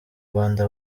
rwanda